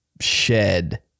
shed